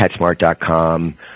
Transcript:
Petsmart.com